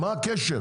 מה הקשר?